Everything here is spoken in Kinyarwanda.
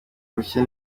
bushya